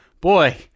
boy